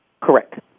Correct